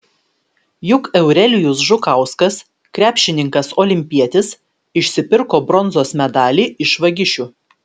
juk eurelijus žukauskas krepšininkas olimpietis išsipirko bronzos medalį iš vagišių